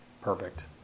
Perfect